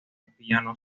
piano